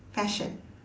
fashion